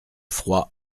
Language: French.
froid